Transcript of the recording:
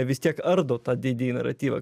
vis tiek ardo tą didįjį naratyvą